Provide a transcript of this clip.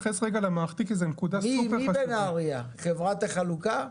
מי בנהריה, חברת החלוקה?